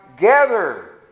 gather